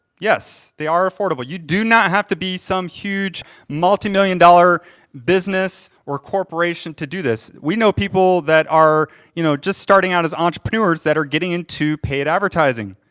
yes, they are affordable. you do not have to be some huge multi-million dollar business or corporation to do this. we know people that are you know just starting out as entrepreneurs that are getting into paid advertising.